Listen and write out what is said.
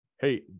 Hey